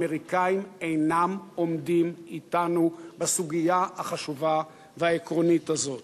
האמריקנים אינם עומדים אתנו בסוגיה החשובה והעקרונית הזאת.